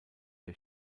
der